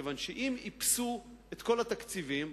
מכיוון שאם איפסו את כל התקציבים,